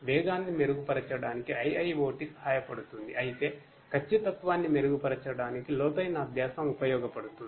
వేగాన్ని మెరుగుపరచడానికి IIoT సహాయపడుతుంది అయితే ఖచ్చితత్వాన్ని మెరుగుపరచడానికి లోతైన అభ్యాసం ఉపయోగపడుతుంది